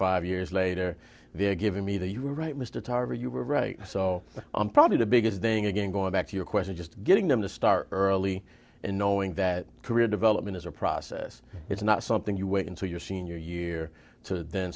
five years later they're giving me the right mr tarver you were right so i'm probably the biggest thing again going back to your question just getting them to start early and knowing that career development is a process it's not something you wait until your senior year to then